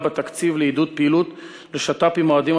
בתקציב לעידוד פעילות לשת"פ עם האוהדים